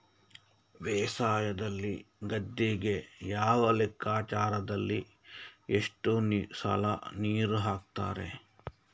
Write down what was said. ಬೇಸಾಯದಲ್ಲಿ ಗದ್ದೆಗೆ ಯಾವ ಲೆಕ್ಕಾಚಾರದಲ್ಲಿ ಎಷ್ಟು ಸಲ ನೀರು ಹಾಕ್ತರೆ?